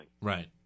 Right